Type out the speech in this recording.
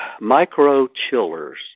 micro-chillers